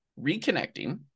reconnecting